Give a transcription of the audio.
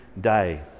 day